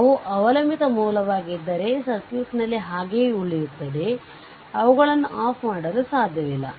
ಅವು ಅವಲಂಬಿತ ಮೂಲವಾಗಿದ್ದರೆ ಸರ್ಕ್ಯೂಟ್ನಲ್ಲಿ ಹಾಗೇ ಉಳಿಯುತ್ತದೆ ಅವುಗಳನ್ನು ಆಫ್ ಮಾಡಲು ಸಾಧ್ಯವಿಲ್ಲ